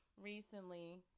recently